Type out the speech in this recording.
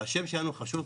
השם שלנו חשוב,